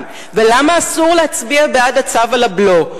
ולמה אסור להצביע בעד הצו על הבלו.